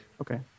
Okay